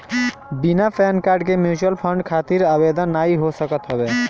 बिना PAN card के mutual fund खातिर आवेदन नाइ हो सकत हवे